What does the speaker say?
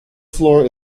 floor